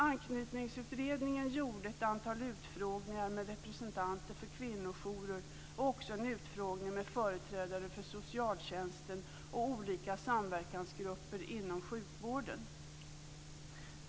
Anknytningsutredningen gjorde ett antal utfrågningar med representanter för kvinnojourer och även en utfrågning med företrädare för socialtjänsten och olika samverkansgrupper inom sjukvården.